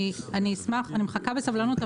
אני מחכה בסבלנות,